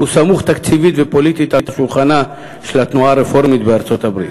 הוא סמוך תקציבית ופוליטית על שולחנה של התנועה הרפורמית בארצות-הברית.